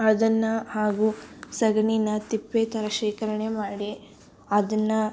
ಅದನ್ನು ಹಾಗೂ ಸಗಣೀನ ತಿಪ್ಪೆ ಥರ ಶೇಖರಣೆ ಮಾಡಿ ಅದನ್ನು